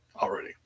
already